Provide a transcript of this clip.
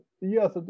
yes